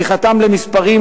הפיכתם למספרים,